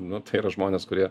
nu tai yra žmonės kurie